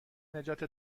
نجات